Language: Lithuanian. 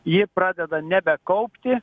ji pradeda nebekaupti